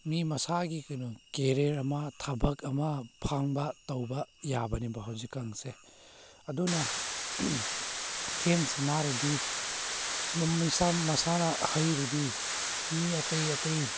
ꯃꯤ ꯃꯁꯥꯒꯤ ꯀꯩꯅꯣ ꯀꯦꯔꯤꯌꯔ ꯑꯃ ꯊꯕꯛ ꯑꯃ ꯐꯪꯕ ꯇꯧꯕ ꯌꯥꯕꯅꯦꯕ ꯍꯧꯖꯤꯛ ꯀꯥꯟꯁꯦ ꯑꯗꯨꯅ ꯒꯦꯝ ꯁꯥꯟꯅꯔꯗꯤ ꯃꯁꯥ ꯃꯁꯥꯅ ꯍꯩꯔꯗꯤ ꯃꯤ ꯑꯇꯩ ꯑꯇꯩ